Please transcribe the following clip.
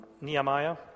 Nehemiah